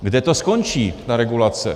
Kde to skončí, ta regulace?